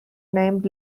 named